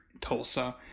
Tulsa